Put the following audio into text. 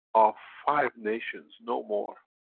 are five nations, no more.